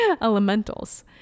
elementals